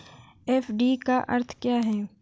FD का अर्थ क्या है?